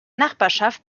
nachbarschaft